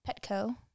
Petco